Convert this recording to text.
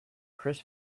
chris